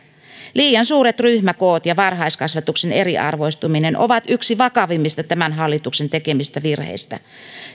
liian suuret ryhmäkoot ja varhaiskasvatuksen eriarvoistuminen ovat yksi vakavimmista tämän hallituksen tekemistä virheistä